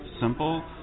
simple